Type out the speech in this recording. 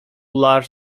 large